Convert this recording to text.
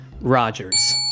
Rogers